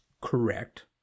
correct